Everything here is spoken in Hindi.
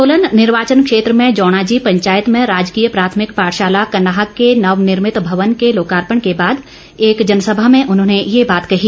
सोलन निर्वाचन क्षेत्र में जौणाजी पंचायत में राजकीय प्राथमिक पाठशाला कनाह के नवनिर्मित भवन के लोकार्पण के बाद एक जनसभा में उन्होंने ये बात कही